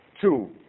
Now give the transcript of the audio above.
Two